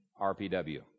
RPW